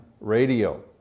radio